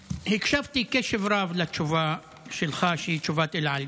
הקשבתי בקשב רב לתשובה שלך, שהיא תשובת אל על.